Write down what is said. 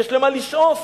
יש למה לשאוף,